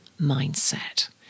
mindset